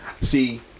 see